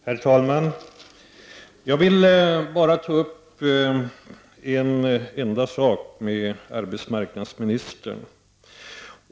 Herr talman! Jag vill ta upp bara en enda sak med arbetsmarknadsministern.